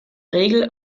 regel